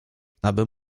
aby